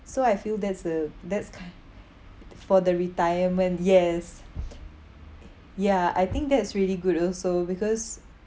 so I feel that's the that's ki~ th~ for the retirement yes ya I think that's really good also because